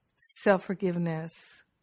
Self-forgiveness